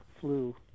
flu